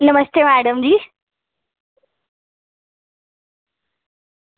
नमस्ते madam